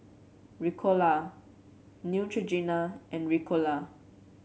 Ricola Neutrogena and Ricola